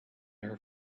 her